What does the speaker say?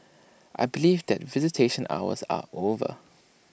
I believe that visitation hours are over